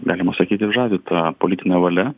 galima sakyt ir žavi ta politinė valia